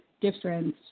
difference